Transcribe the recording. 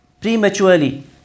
prematurely